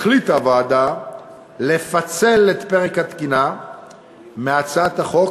החליטה הוועדה לפצל את פרק התקינה מהצעת החוק